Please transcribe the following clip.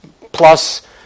plus